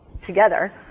together